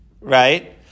right